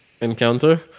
encounter